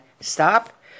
stop